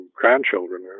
grandchildren